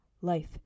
life